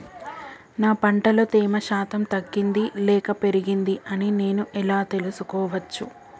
నా పంట లో తేమ శాతం తగ్గింది లేక పెరిగింది అని నేను ఎలా తెలుసుకోవచ్చు?